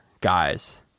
guys